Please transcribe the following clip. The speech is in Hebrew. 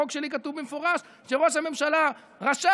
כי בחוק שלי כתוב במפורש שראש הממשלה רשאי